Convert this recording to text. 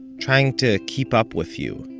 trying to keep up with you,